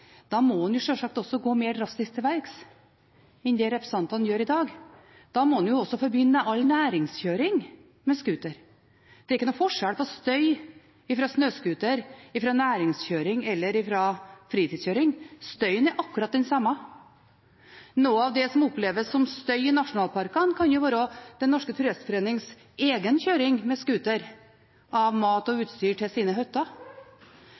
da må en sjølsagt også gå mer drastisk til verks enn det representantene gjør i dag. Da må en jo også forby all næringskjøring med scooter. Det er ikke noen forskjell på støyen fra en scooter som driver næringskjøring, og en som driver med fritidskjøring. Støyen er akkurat den samme. Noe av det som oppleves som støy i nasjonalparkene, kan jo være Den Norske Turistforenings egen kjøring med scooter av mat og utstyr til sine